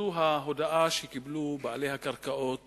זה ההודעה שקיבלו בעלי הקרקעות